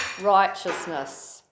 righteousness